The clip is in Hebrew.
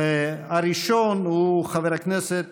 הראשון הוא חבר הכנסת